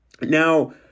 Now